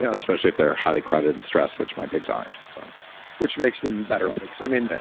yeah especially if they're highly crowded and stressed, which my pigs aren't so which makes them better pigs. i mean,